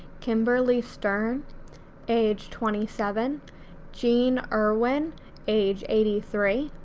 kimberly stern age twenty seven jean irwin age eighty three,